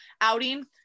outing